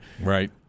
Right